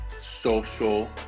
social